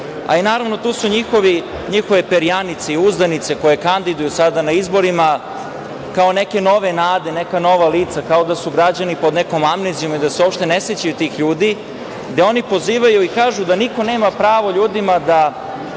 demagogiju. Naravno tu su i njihove perjanice i uzdanice koje kandiduju sada na izborima kao neke nove nade, neka nova lica, kao da su građani pod nekom amnezijom i da se uopšte ne sećaju tih ljudi, gde oni pozivaju i kažu da niko nema pravo ljudima da